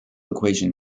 equation